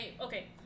Okay